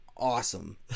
awesome